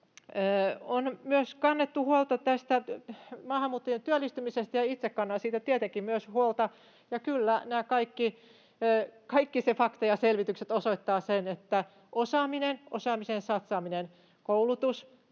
On myös kannettu huolta tästä maahanmuuttajien työllistymisestä, ja itse kannan siitä tietenkin myös huolta, ja kyllä kaikki se fakta ja selvitykset osoittavat sen, että osaaminen, osaamiseen satsaaminen, koulutus